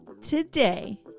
today